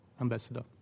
Ambassador